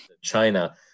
China